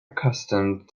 accustomed